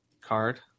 card